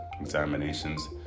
examinations